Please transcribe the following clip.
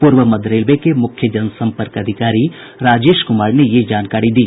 पूर्व मध्य रेलवे के मुख्य जनसंपर्क अधिकारी राजेश कुमार ने यह जानकारी दी